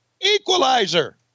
Equalizer